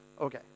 Okay